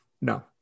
no